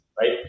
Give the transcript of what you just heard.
right